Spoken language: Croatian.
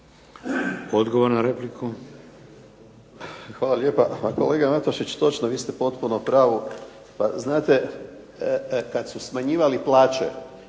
Boris (HDZ)** Hvala lijepa. Kolega Matušić, točno, vi ste potpuno u pravu pa znate kad su smanjivali plaće.